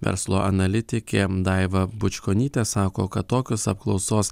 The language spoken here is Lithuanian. verslo analitikė daiva bučkonytė sako kad tokios apklausos